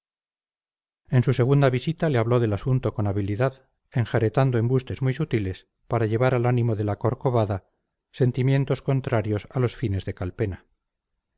en su segunda visita le habló del asunto con habilidad enjaretando embustes muy sutiles para llevar al ánimo de la corcovada sentimientos contrarios a los fines de calpena